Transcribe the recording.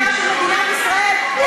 לדמותה של מדינת ישראל.